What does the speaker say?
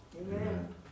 Amen